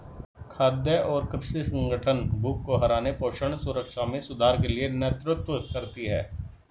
खाद्य और कृषि संगठन भूख को हराने पोषण सुरक्षा में सुधार के लिए नेतृत्व करती है